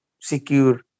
secure